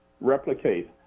replicate